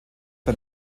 bei